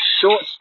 short